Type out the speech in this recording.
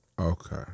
okay